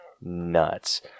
nuts